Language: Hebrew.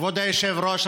כבוד היושב-ראש,